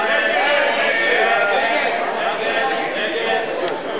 ההסתייגות של קבוצת סיעת מרצ ושל חבר